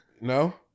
No